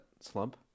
slump